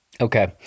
okay